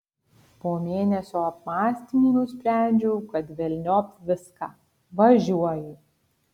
po mėnesio apmąstymų nusprendžiau kad velniop viską važiuoju